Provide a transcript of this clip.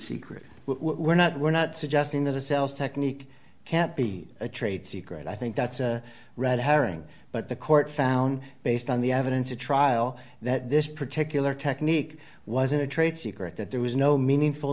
secret we're not we're not suggesting that a sales technique can't be a trade secret i think that's a red herring but the court found based on the evidence at trial that this particular technique wasn't a trade secret that there was no meaningful